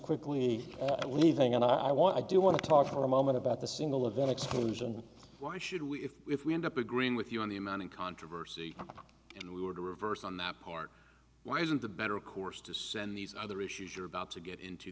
quickly leaving and i want i do want to talk for a moment about the single event exclusion why should we if we if we end up agreeing with you on the amount in controversy and we were to reverse on that part why isn't the better course to send these other issues you're about to get into